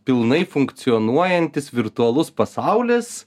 pilnai funkcionuojantis virtualus pasaulis